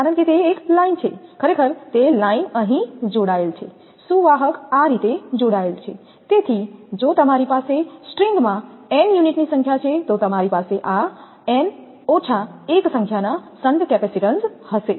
કારણ કે તે એક લાઇન છે ખરેખર તે લાઇન અહીં જોડાયેલ છે સુવાહક આ રીતે જોડાયેલ છે તેથી જો તમારી પાસે સ્ટ્રિંગમાં n યુનિટ ની સંખ્યા છે તો તમારી પાસે આ n 1 સંખ્યાના શંટ કેપેસિટેન્સ હશે